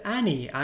Annie